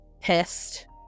pissed